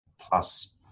plus